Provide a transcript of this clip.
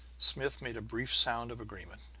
smith made a brief sound of agreement,